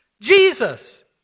Jesus